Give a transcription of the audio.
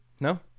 No